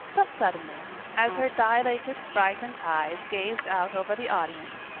but suddenly, as her dilated, frightened eyes gazed out over the audience,